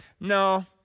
No